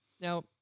Now